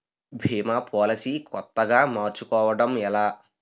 భీమా policy కొత్తగా మార్చుకోవడం ఎలా?